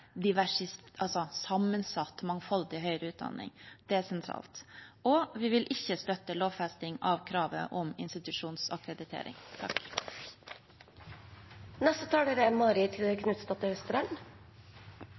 sammensatt, mangfoldig høyere utdanning, desentralisert, og vi vil ikke støtte lovfesting av kravet om institusjonsakkreditering.